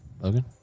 Logan